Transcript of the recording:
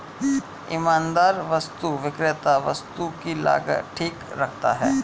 ईमानदार वस्तु विक्रेता वस्तु की लागत ठीक रखता है